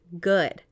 good